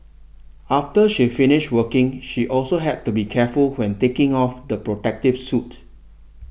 after she finished working she also had to be careful when taking off the protective suit